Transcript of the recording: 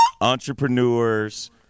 Entrepreneurs